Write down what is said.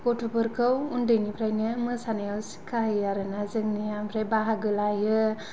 गथ'फोरखौ उन्दैनिफ्रायनो मोसानायाव सिक्का होयो आरो जोंनिया बाहागो लायो